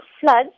floods